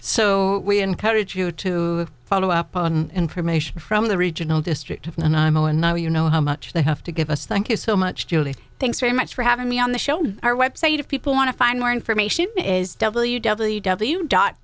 so we encourage you to follow up on information from the regional district and imo and now you know how much they have to give us thank you so much julie thanks very much for having me on the show on our website if people want to find more information is w w w dot